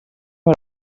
her